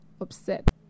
upset